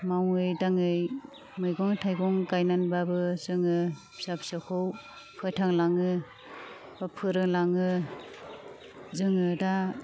मावै दाङै मैगं थाइगं गायनानैबाबो जोङो फिसा फिसौखौ फोथांलाङो बा फोरोंलाङो जोङो दा